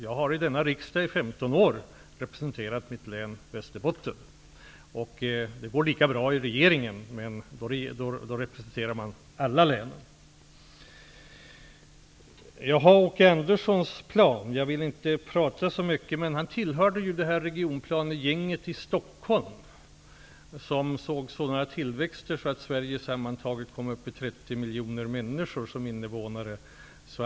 Jag har i denna riksdag i femton år representerat mitt hemlän Västerbotten. Det går lika bra i regeringen, men då representerar jag alla länen. Åke Anderssons plan nämndes här. Jag vill inte tala så mycket om den. Han tillhörde det regionplanegäng i Stockholm som såg en sådan tillväxt att Sverige kom upp i 30 miljoner invånare.